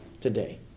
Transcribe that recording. today